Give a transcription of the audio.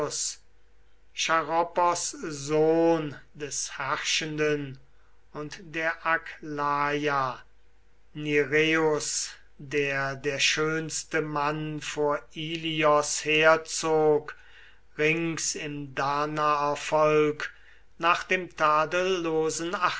sohn des herrschenden und der aglaia nireus der der schöneste mann vor ilios herzog rings im danaervolk nach dem tadellosen